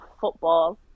football